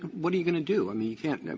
what are you going to do? i mean you can't and